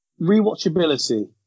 Rewatchability